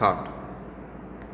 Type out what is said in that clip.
खाट